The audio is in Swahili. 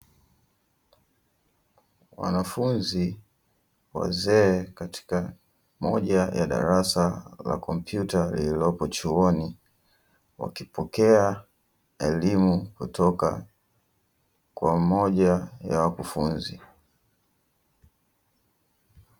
Wanafunzi wazee katika moja ya darasa la kompyuta lililopo chuoni, wakipokea elimu kutoka kwa mmoja wa wakufunzi.